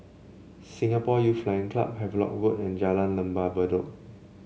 Singapore Youth Flying Club Havelock Road and Jalan Lembah Bedok